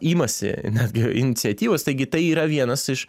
imasi netgi iniciatyvos taigi tai yra vienas iš